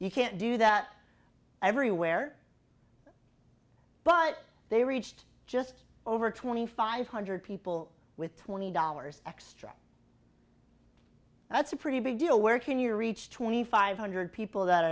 you can't do that everywhere but they reached just over twenty five hundred people with twenty dollars extra that's a pretty big deal where can you reach twenty five hundred people that